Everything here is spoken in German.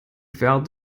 quer